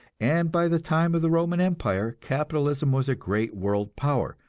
and by the time of the roman empire, capitalism was a great world power,